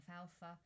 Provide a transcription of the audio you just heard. alpha